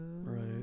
right